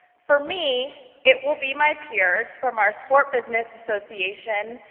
for me, it will be my peers from our sport business association,